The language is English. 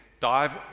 dive